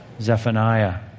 Zephaniah